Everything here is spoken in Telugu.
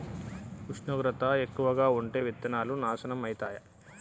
ఉష్ణోగ్రత ఎక్కువగా ఉంటే విత్తనాలు నాశనం ఐతయా?